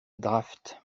draft